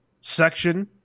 section